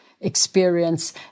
experience